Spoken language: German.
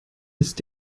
ist